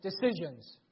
decisions